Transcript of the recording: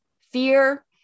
fear